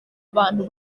abantu